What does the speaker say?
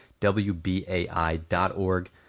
wbai.org